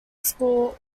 school